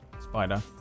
spider